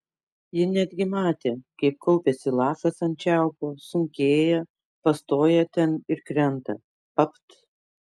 ji netgi matė kaip kaupiasi lašas ant čiaupo sunkėja pastoja ten ir krenta papt